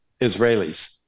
Israelis